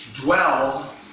dwell